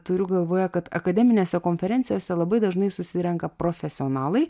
turiu galvoje kad akademinėse konferencijose labai dažnai susirenka profesionalai